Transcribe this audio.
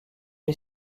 est